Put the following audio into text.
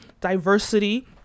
diversity